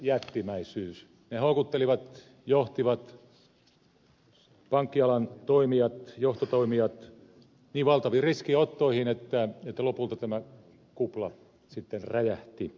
ne houkuttelivat johtivat pankkialan toimijat johtotoimijat niin valtaviin riskinottoihin että lopulta tämä kupla sitten räjähti